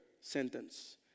sentence